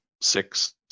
six